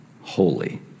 Holy